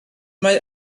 mae